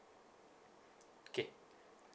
okay